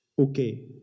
okay